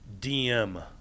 DM